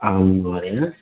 आं महोदय